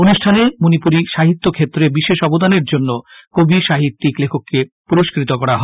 অনুষ্ঠানে মনিপুরি সাহিত্য ক্ষেত্রে বিশেষ অবদানের জন্য কবি সাহিত্যিক লেখককে পুরস্কৃত করা হয়